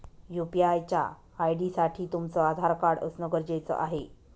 UPI च्या ID साठी तुमचं आधार कार्ड असण गरजेच आहे